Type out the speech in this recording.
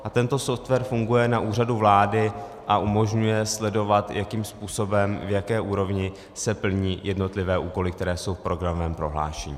A tento software funguje na Úřadu vlády a umožňuje sledovat, jakým způsobem, v jaké úrovni se plní jednotlivé úkoly, které jsou v programovém prohlášení.